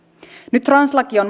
nyt translaki on